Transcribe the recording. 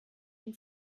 ihn